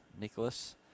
Nicholas